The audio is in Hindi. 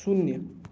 शून्य